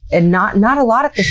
and not not a lot at